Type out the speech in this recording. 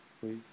please